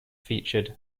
featured